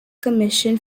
commission